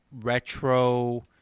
retro